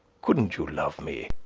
couldn't you love me?